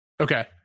Okay